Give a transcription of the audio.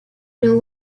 know